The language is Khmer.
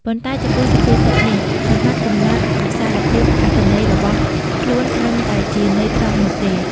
ប៉ុន្តែចំពោះសុភាពសិតនេះ មិនបានកំណត់វិសាលភាពអត្ថន័យរបស់ខ្លួនត្រឹមតែជាន័យត្រង់នោះទេ។